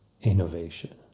innovation